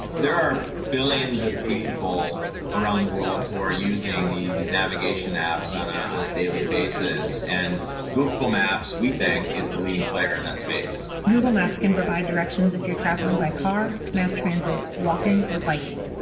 there are billions of people around the world who are using the the navigation apps on on a daily basis. and google maps, we think, is the leading player in that space. google maps can provide directions if you're traveling by car, mass transit, walking or biking,